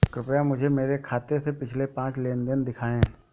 कृपया मुझे मेरे खाते से पिछले पांच लेन देन दिखाएं